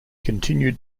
continued